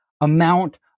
amount